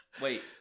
Wait